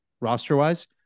roster-wise